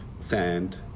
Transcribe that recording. sand